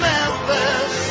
Memphis